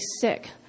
sick